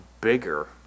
bigger